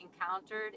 encountered